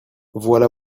voilà